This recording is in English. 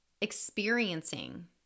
experiencing